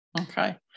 Okay